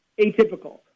atypical